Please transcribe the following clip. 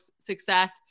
success